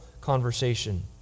conversation